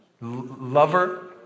lover